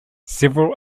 several